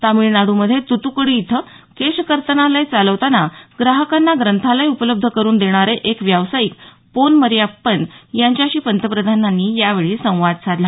तामिळनाडूमधे तुतुकुडी इथं केश कर्तनालय चालवताना ग्राहकांना ग्रंथालय उपलब्ध करून देणारे एक व्यावसायिक पोनमरियप्पन यांच्याशी पंतप्रधानांनी यावेळी संवादही साधला